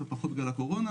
קצת פחות בגלל הקורונה.